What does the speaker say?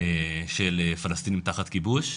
של פלסטינים תחת כיבוש,